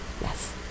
Yes